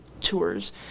tours